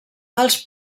els